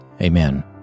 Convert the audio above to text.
Amen